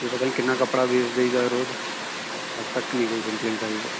ਅਸੀਂ ਪਤਾ ਨਹੀਂ ਕਿੰਨਾ ਕੱਪੜਾ ਵੇਚ ਦਈਦਾ ਰੋਜ਼ ਅੱਜ ਤੱਕ ਨਹੀਂ ਕੋਈ ਕੰਪਲੇਟ ਆਈ ਹੈ